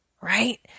right